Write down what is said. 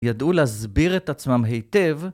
ידעו להסביר את עצמם היטב